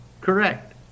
Correct